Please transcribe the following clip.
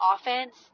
offense